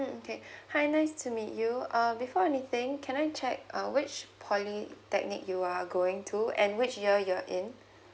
okay hi nice to meet you uh before anything can I check uh which polytechnic you are going to and which year you are in